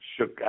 shook